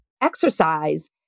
exercise